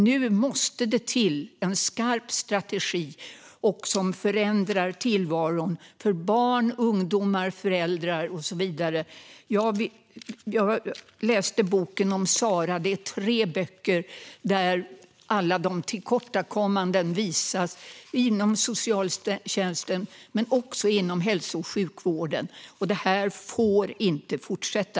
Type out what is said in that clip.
Nu måste det till en skarp strategi som förändrar tillvaron för barn, ungdomar, föräldrar och så vidare. Jag läste böckerna om Sara. Det är tre böcker där alla de tillkortakommanden som finns inom socialtjänsten men också inom hälso och sjukvården visas. Det här får inte fortsätta.